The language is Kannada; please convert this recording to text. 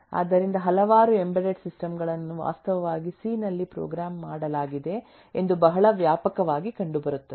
ಆದ್ದರಿಂದ ಹಲವಾರು ಎಂಬೆಡೆಡ್ ಸಿಸ್ಟಮ್ ಗಳನ್ನು ವಾಸ್ತವವಾಗಿ ಸಿ ನಲ್ಲಿ ಪ್ರೋಗ್ರಾಮ್ ಮಾಡಲಾಗಿದೆ ಎಂದು ಬಹಳ ವ್ಯಾಪಕವಾಗಿ ಕಂಡುಬರುತ್ತದೆ